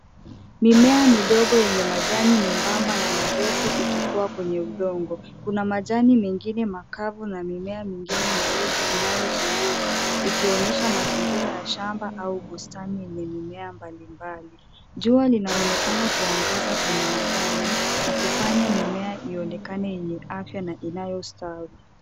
Mimea midogo yenye majani membamba na marefu ikikua kwenye udongo. Kuna majani mengine makavu na mimea mingine mirefu inayozunguka, ikionyesha mazingira ya shamba au bustani yenye mimea mbalimbali . Jua linaonekana kuangaza kwenye majani na kufanya mimea ionekane yenye afya na inayostawi.